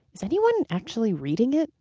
is anyone actually reading it?